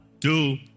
two